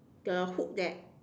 the hook that